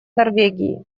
норвегии